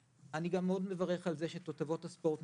אני גם מאוד מברך על זה שתותבות הספורט נכנסו.